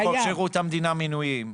חוק שירות המדינה, מנויים.